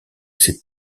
ses